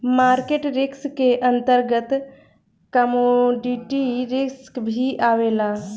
market risk के अंतर्गत commodity risk भी आवेला